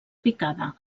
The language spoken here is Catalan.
picada